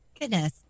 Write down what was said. Goodness